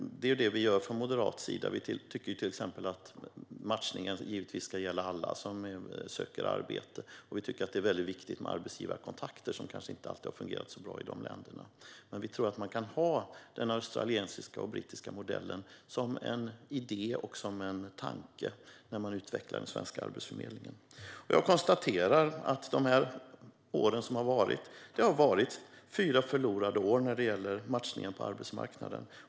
Det är detta vi gör från moderat sida. Vi tycker till exempel att matchningen ska gälla alla som söker arbete, och vi tycker att det är väldigt viktigt med arbetsgivarkontakter, vilket kanske inte alltid har fungerat så bra i de länderna. Men vi tror att man kan ha den australiska och den brittiska modellen som en idé och en tanke när man utvecklar den svenska Arbetsförmedlingen. Jag konstaterar att de gångna åren har varit fyra förlorade år när det gäller matchningen på arbetsmarknaden.